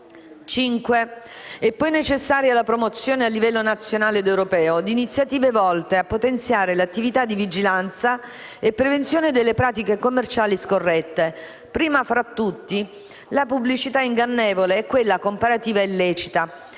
È poi necessaria la promozione, a livello nazionale ed europeo, di iniziative volte a potenziare l'attività di vigilanza e prevenzione delle pratiche commerciali scorrette, prima tra tutti la pubblicità ingannevole e quella comparativa illecita,